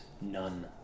none